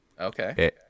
Okay